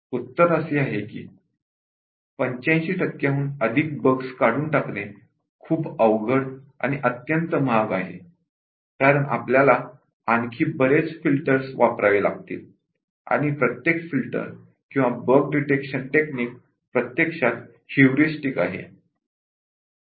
उत्तर असे आहे की 85 टक्क्यांहून अधिक बग्स काढून टाकणे खूप अवघड आणि अत्यंत महाग आहे कारण आपल्याला आणखी बरेच फिल्टर वापरावे लागतील आणि प्रत्येक फिल्टर किंवा बग डिटेक्शन टेक्निक्स प्रत्यक्षात ह्युरिस्टिक आहे